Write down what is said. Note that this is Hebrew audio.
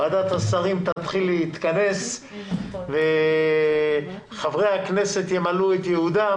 ועדת השרים תתחיל להתכנס וחברי הכנסת ימלאו את ייעודם,